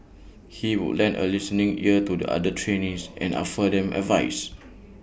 he would lend A listening ear to the other trainees and offer them advice